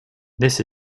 this